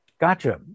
Gotcha